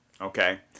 Okay